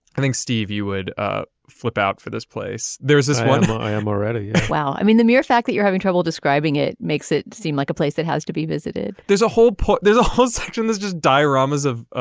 i think steve you would ah flip out for this place. there is this one i am already well i mean the mere fact that you're having trouble describing it makes it seem like a place that has to be visited there's a whole pot. there's a hose and there's just dioramas of